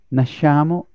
nasciamo